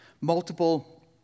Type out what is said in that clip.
multiple